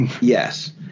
Yes